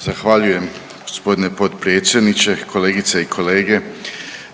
Zahvaljujem g. potpredsjedniče. Kolegice i kolege,